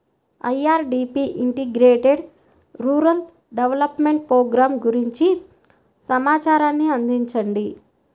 IRDP integrated rural development programme గురించి సమాచారాన్ని అందించండి?